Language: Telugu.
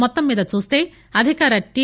మొత్తమీద చూస్తే అధికార టి